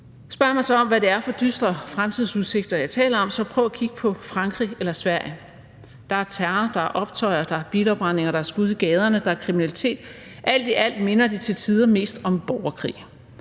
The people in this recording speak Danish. Spørger man så om, hvad det er for dystre fremtidsudsigter, jeg taler om, så prøv at kigge på Frankrig eller Sverige. Der er terror, der er optøjer, der er bilafbrændinger, der er skud i gaderne, der er kriminalitet. Alt i alt minder det til tider mest om borgerkrig.